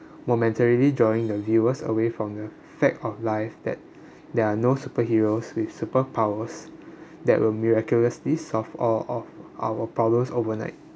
momentarily drawing the viewers away from the fact of life that there are no superheroes with superpowers that will miraculously solve all of our problems overnight